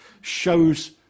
shows